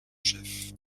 chef